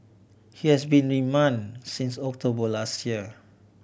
he has been remand since October last year